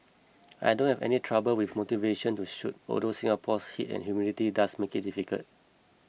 I don't have any trouble with motivation to shoot although Singapore's heat and humidity does make it difficult